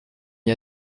m’y